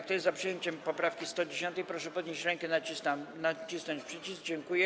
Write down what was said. Kto jest za przyjęciem poprawki 110., proszę podnieść rękę i nacisnąć przycisk.